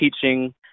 teaching